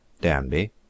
Danby